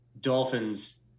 dolphins